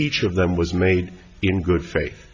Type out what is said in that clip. each of them was made in good fa